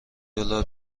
دلار